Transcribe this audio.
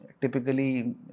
typically